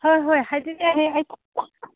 ꯍꯣꯏ ꯍꯣꯏ ꯍꯥꯏꯕꯤꯒꯦ